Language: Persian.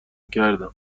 کردم